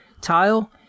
tile